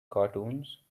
cartoons